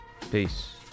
Peace